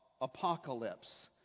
apocalypse